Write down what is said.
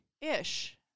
Ish